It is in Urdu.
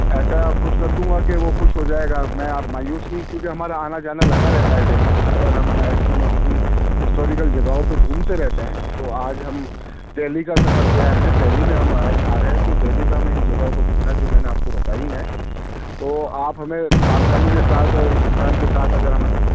ایسا خوش کر دوں گا کہ وہ خوش ہو جائے گا میں آپ مایوس نہیں کیجیے ہمارا آنا جانا لگا رہتا ہے دلہی میں اور ہم ایسی مستی ہسٹوریکل جگہوں پہ گھومتے رہتے ہیں تو آج ہم دہلی کا سفر کیا ہے ہم نے دہلی میں ہم آ رہے ہیں تو دہلی میں ہمیں اِن جگہوں پر گُھومنا ہے جو میں نے آپ کو بتائی ہیں تو آپ ہمیں ساودھانی کے ساتھ اور اطمینان کے ساتھ اگر ہمیں گُھما